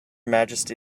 majesty